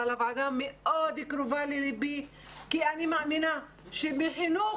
אבל הוועדה מאוד קרובה לליבי כי אני מאמינה שמחינוך